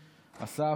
אסף.